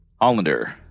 Hollander